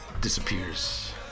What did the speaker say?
disappears